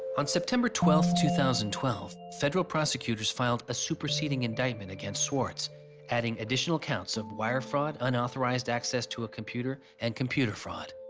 on september twelfth, two thousand and twelve, federal prosecutors filed a superseeding indictment against swartz adding additional counts of wire fraud, unauthorized access to a computer and computer fraud.